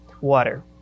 water